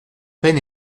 peine